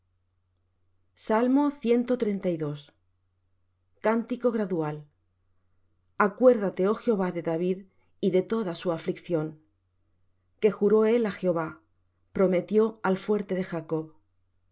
siempre cántico gradual acuérdate oh jehová de david y de toda su aflicción que juró él á jehová prometió al fuerte de jacob